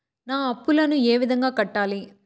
నా అప్పులను ఏ విధంగా కట్టాలి?